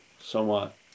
somewhat